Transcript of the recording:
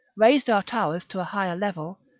raised our towers to a higher level,